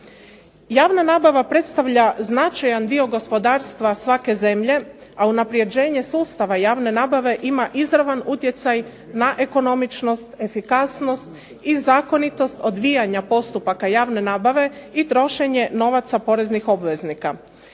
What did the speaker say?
Javna nabava predstavlja značajan dio gospodarstva svake zemlje, a unapređenje sustava javne nabave ima izravan utjecaj na ekonomičnost, efikasnost i zakonitost odvijanja postupaka javne nabave i trošenje novaca poreznih obveznika.